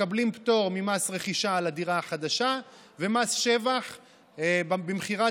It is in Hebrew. הם מקבלים פטור ממס רכישה על הדירה החדשה וממס שבח במכירת